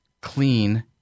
clean